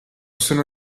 sono